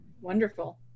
wonderful